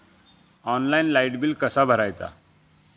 Online light bill कसा भरायचा?